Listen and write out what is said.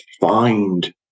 find